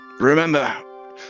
Remember